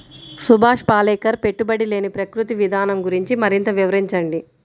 సుభాష్ పాలేకర్ పెట్టుబడి లేని ప్రకృతి విధానం గురించి మరింత వివరించండి